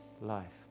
life